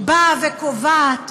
קובעת,